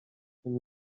tym